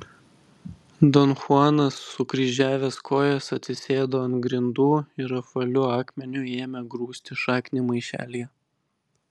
don chuanas sukryžiavęs kojas atsisėdo ant grindų ir apvaliu akmeniu ėmė grūsti šaknį maišelyje